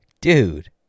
Dude